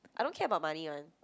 I don't care about money [one]